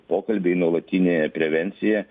pokalbiai nuolatinė prevencija